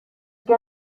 que